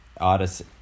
artists